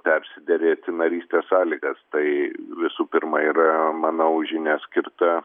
persiderėti narystės sąlygas tai visų pirma yra manau žinia skirta